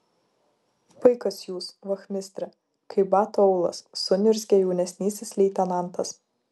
paikas jūs vachmistre kaip bato aulas suniurzgė jaunesnysis leitenantas